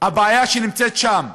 הבעיה שקיימת שם,